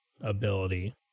ability